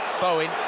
Bowen